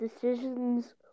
decisions